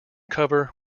cover